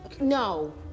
no